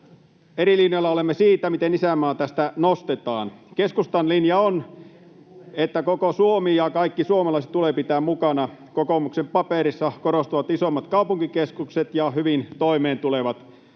Eri linjoilla olemme siitä, miten isänmaa tästä nostetaan. Keskustan linja on, että koko Suomi ja kaikki suomalaiset tulee pitää mukana, kokoomuksen paperissa korostuvat isommat kaupunkikeskukset ja hyvin toimeentulevat.